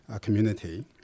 community